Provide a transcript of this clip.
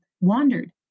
wandered